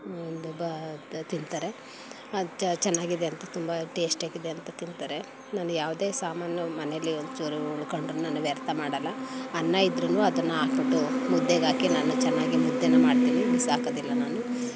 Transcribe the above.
ಒಂದು ಬ ತಿಂತಾರೆ ಅದು ಚೆನ್ನಾಗಿದೆ ಅಂತ ತುಂಬ ಟೇಸ್ಟಿಯಾಗಿದೆ ಅಂತ ತಿಂತಾರೆ ನಾನು ಯಾವುದೇ ಸಾಮಾನು ಮನೆಯಲ್ಲಿ ಒಂಚೂರು ಉಳ್ಕೊಂಡರೂ ನಾನು ವ್ಯರ್ಥ ಮಾಡೋಲ್ಲ ಅನ್ನ ಇದ್ದರೂ ಅದನ್ನು ಹಾಕಿಬಿಟ್ಟು ಮುದ್ದೆಗೆ ಹಾಕಿ ನಾನು ಚೆನ್ನಾಗಿ ಮುದ್ದೆನ ಮಾಡ್ತೀನಿ ಬಿಸಾಕೋದಿಲ್ಲ ನಾನು